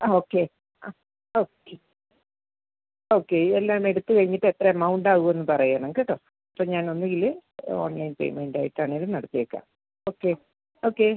okay ആ okay okay എല്ലാം എടുത്ത് കഴിഞ്ഞിട്ട് എത്ര എമൗണ്ട് ആവുമെന്ന് പറയണം കേട്ടോ ഇപ്പം ഞാൻ ഒന്നുകിൽ ഓൺലൈൻ പേയ്മെൻറ് ആയിട്ടാണെങ്കിലും നടത്തിയേക്കാം ഓക്കെ ഓക്കെ